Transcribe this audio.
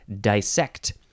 dissect